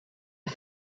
are